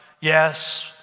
yes